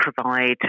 provide